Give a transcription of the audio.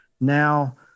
Now